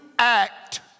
act